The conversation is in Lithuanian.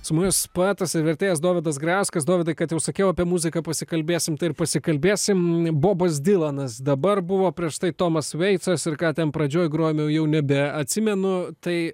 su mumis poetas ir vertėjas dovydas grajauskas dovydai kad jau sakiau apie muziką pasikalbėsim ir pasikalbėsim bobas dylanas dabar buvo prieš tai tomas veitsas ir ką ten pradžioj grojome jau nebeatsimenu tai